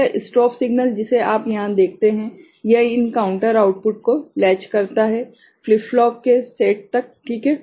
तो यह strobe signal जिसे आप यहां देखते हैं यह इन काउंटर आउटपुट को लेच करता है फ्लिप फ्लॉप के सेट तक ठीक है